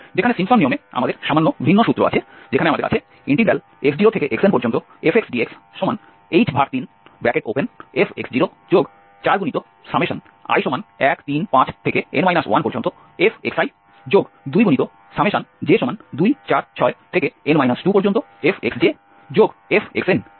যেখানে সিম্পসন নিয়মে আমাদের সামান্য ভিন্ন সূত্র আছে যেখানে আমাদের আছে x0xnfxdxh3fx04i135n 1fxi2j246n 2fxjf